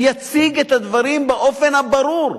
ויציג את הדברים באופן הברור.